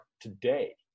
today